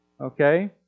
Okay